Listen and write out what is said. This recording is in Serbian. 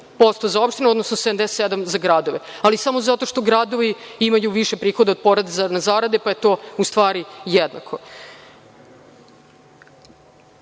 74% za opštine, odnosno 77 za gradove, ali samo zato što gradovi imaju više prihoda od poreza na zarade, pa je to u stvari jednako. Ovaj